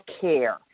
care